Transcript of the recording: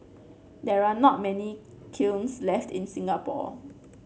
there are not many kilns left in Singapore